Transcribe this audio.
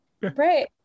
Right